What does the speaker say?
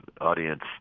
audience